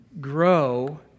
Grow